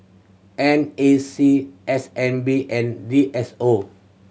N A C S N B and D S O